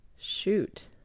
Shoot